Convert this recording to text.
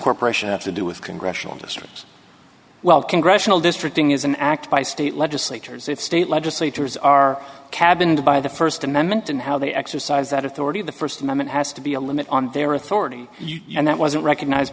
incorporation have to do with congressional districts well congressional district ing is an act by state legislatures if state legislatures are cabined by the first amendment and how they exercise that authority the first amendment has to be a limit on their authority and that wasn't recognized